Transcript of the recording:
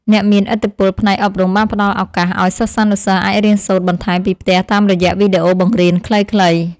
អ្នកមានឥទ្ធិពលផ្នែកអប់រំបានផ្ដល់ឱកាសឱ្យសិស្សានុសិស្សអាចរៀនសូត្របន្ថែមពីផ្ទះតាមរយៈវីដេអូបង្រៀនខ្លីៗ។